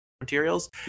materials